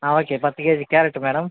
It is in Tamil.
ஆ ஓகே பத்து கேஜி கேரட்டு மேடம்